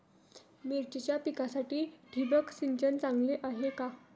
मिरचीच्या पिकासाठी ठिबक सिंचन चांगले आहे का?